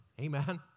Amen